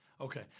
Okay